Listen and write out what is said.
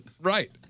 right